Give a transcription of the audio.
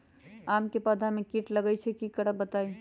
आम क पौधा म कीट लग जई त की करब बताई?